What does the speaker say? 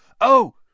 Oh